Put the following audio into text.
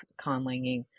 conlanging